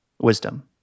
Wisdom